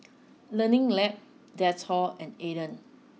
learning Lab Dettol and Aden